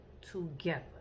together